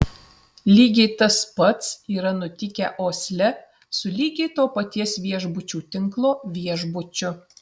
lygiai tas pats yra nutikę osle su lygiai to paties viešbučių tinklo viešbučiu